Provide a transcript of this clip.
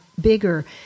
bigger